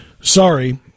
Sorry